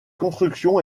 construction